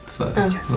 Okay